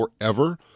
forever